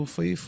Foi